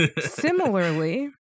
Similarly